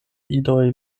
idoj